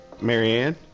marianne